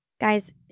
Guys